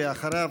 ואחריו,